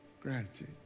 gratitude